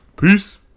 Peace